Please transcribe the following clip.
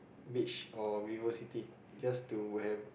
beach or VivoCity just to have